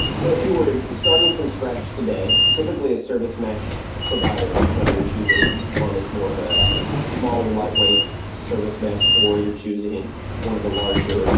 so if you were starting from scratch today, typically a service mesh providers, whether you're choosing one that's more of ah a smaller, lightweight service mesh, or you're choosing one of the larger,